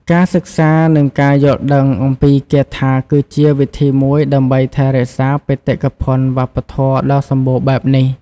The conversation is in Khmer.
ការសិក្សានិងការយល់ដឹងអំពីគាថាគឺជាវិធីមួយដើម្បីថែរក្សាបេតិកភណ្ឌវប្បធម៌ដ៏សម្បូរបែបនេះ។